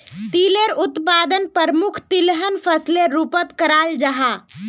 तिलेर उत्पादन प्रमुख तिलहन फसलेर रूपोत कराल जाहा